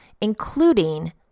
including